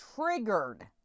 triggered